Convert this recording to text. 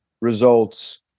Results